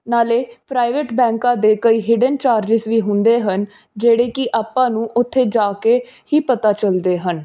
ਨਾਲੇ ਪ੍ਰਾਈਵੇਟ ਬੈਂਕਾਂ ਦੇ ਕਈ ਹਿਡਨ ਚਾਰਜਿਸ ਵੀ ਹੁੰਦੇ ਹਨ ਜਿਹੜੇ ਕੀ ਆਪਾਂ ਨੂੰ ਉੱਥੇ ਜਾ ਕੇ ਹੀ ਪਤਾ ਚੱਲਦੇ ਹਨ